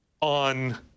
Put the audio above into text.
on